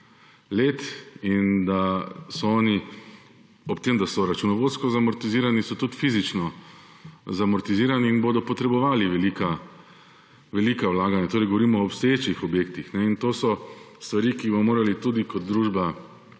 let in da so oni ob tem, da so računovodsko zamortizirani, tudi fizično zamortizirani in bodo potrebovali velika vlaganja. Govorim o obstoječih objektih. To so stvari, ki jih bomo morali kot družba